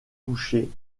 couchés